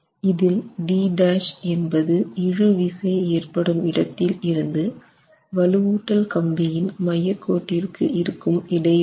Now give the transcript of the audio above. இதில் d' என்பது இழு விசை ஏற்படும் இடத்தில் இருந்து வலுவூட்டல் கம்பியின் மையக்கோட்டிற்கு இருக்கும் இடைவெளி